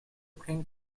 pin